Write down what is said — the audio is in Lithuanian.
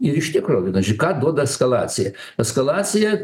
ir iš tikro kaži ką duoda eskalacija eskalacija